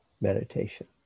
meditation